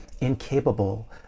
incapable